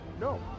No